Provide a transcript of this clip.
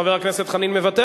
חבר הכנסת חנין מוותר.